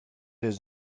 his